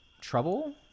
trouble